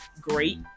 great